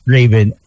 Raven